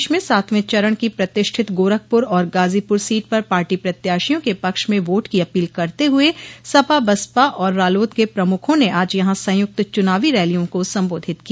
प्रदेश में सातवें चरण की प्रतिष्ठित गोरखप्र और गाजीपुर की सीट पर पार्टी प्रत्याशियों के पक्ष में वोट की अपील करते हुए सपा बसपा और रालोद के प्रमुखों ने आज यहां संयुक्त चुनावी रैलियों को संबोधित किया